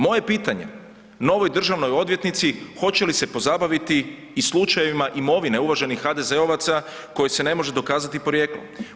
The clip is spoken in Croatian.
Moje pitanje novoj državnoj odvjetnici, hoće li se pozabaviti i slučajevima imovine uvaženih HDZ-ovaca kojoj se ne može dokazati porijeklo?